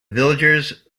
villagers